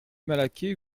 malaquais